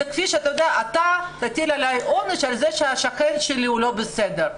זה כמו שאתה תטיל עליי עונש על זה שהשכן שלי לא בסדר,